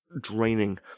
draining